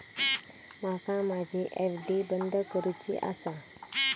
माका माझी एफ.डी बंद करुची आसा